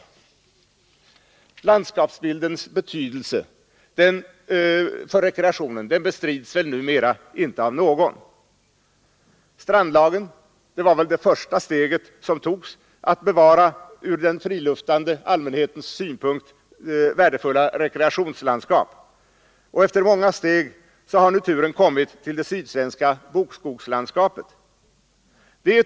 Numera bestrids väl inte landskapsbildens betydelse för rekreationen av någon. Strandlagen var väl det första steg som togs för att bevara från den friluftstörstande allmänhetens synpunkt värdefulla rekreationslandskap. Efter många steg har nu turen kommit till det sydsvenska bokskogslandskapet.